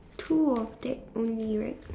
two of that only right